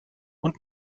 und